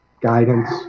guidance